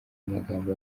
magambo